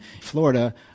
Florida